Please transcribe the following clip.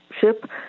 ship